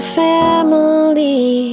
family